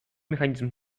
механизм